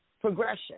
progression